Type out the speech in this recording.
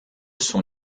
sont